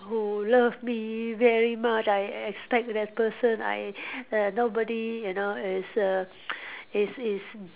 who love me very much I expect that person I err nobody you know is a is is